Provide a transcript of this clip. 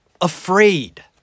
afraid